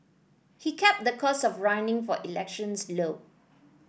he kept the cost of running for elections low